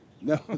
No